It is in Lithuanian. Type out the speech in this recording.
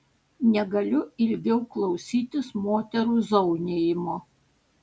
negaliu ilgiau klausytis moterų zaunijimo